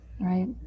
right